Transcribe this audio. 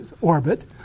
orbit